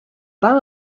pas